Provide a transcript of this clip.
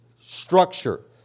structure